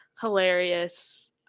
Hilarious